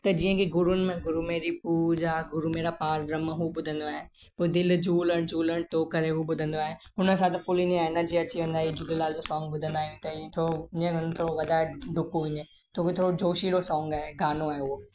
त जीअं की गुरूनि में गुरू मेरी पूजा गुरू मेरा पारब्रहम हू ॿुधंदो आहियां पोइ दिलि झूलण झूलण थियो हू करे हो ॿुधंदो आहियां हुनसां सां त फ़ुल याने एनर्जी अची वेंदी आहे झूलेलाल जो सोंग ॿुधंदा आहियूं त ईअं थोरो मंत्र वॼाए डुकियो वञे थोरो जोशीलो सोंग आहे ऐं गानो आहे उहो